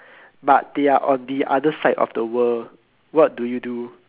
but they are on the other side of the world what do you do